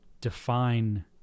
define